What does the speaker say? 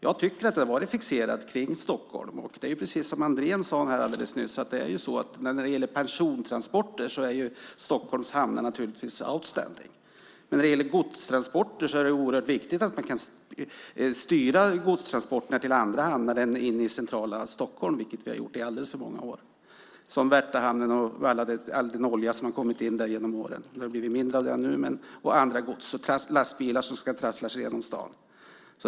Jag tycker att det har varit fixerat kring Stockholm. Det är precis som Andrén sade alldeles nyss: När det gäller persontransporter är Stockholms hamnar naturligtvis outstanding , men när det gäller godstransporter är det oerhört viktigt att man kan styra transporterna till andra hamnar än inne i centrala Stockholm, vilket vi har gjort i alldeles för många år. Ett exempel är Värtahamnen och all den olja som har kommit in där genom åren, även om det har blivit mindre av det nu. Jag tänker också på andra gods och lastbilar som ska trassla sig igenom stan.